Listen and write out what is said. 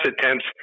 attempts